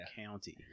county